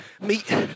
meet